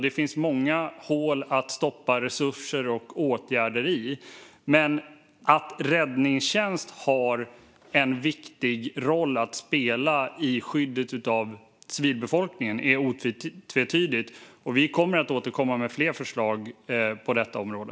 Det finns många hål att stoppa resurser och åtgärder i. Men att räddningstjänst har en viktig roll att spela i skyddet av civilbefolkningen är otvetydigt, och vi kommer att återkomma med fler förslag på detta område.